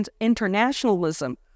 internationalism